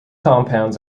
compounds